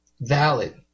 valid